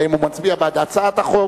האם הוא מצביע בעד הצעת החוק?